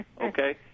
Okay